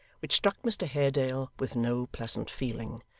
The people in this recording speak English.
which struck mr haredale with no pleasant feeling.